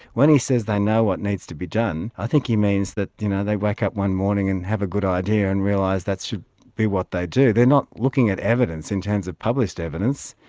when he says they know what needs to be done, i think he means that you know they wake up one morning and have a good idea and realise that should be what they do. they're not looking at evidence in terms of published evidence,